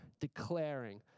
declaring